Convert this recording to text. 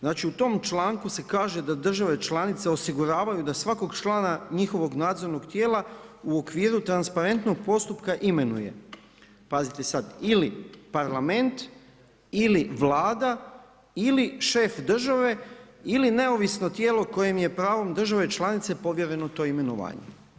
Znači u tom članku se kaže da države članice osiguravaju da svakog člana njihovog nadzornog tijela u okviru transparentnog postupka imenuje, pazite sad, ili Parlament ili Vlada ili šef države ili neovisno tijelo kojem je pravo države članice povjereno to imenovanje.